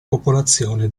popolazione